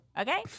okay